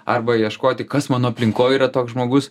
arba ieškoti kas mano aplinkoj yra toks žmogus